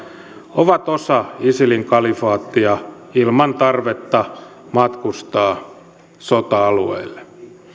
ovat osa isilin kalifaattia ilman tarvetta matkustaa sota alueille